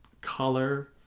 color